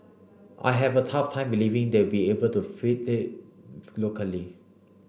I have a tough time believing they'll be able to fill it locally